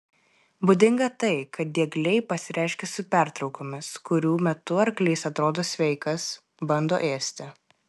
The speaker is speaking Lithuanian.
būdinga tai kad diegliai pasireiškia su pertraukomis kurių metu arklys atrodo sveikas bando ėsti